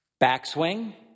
Backswing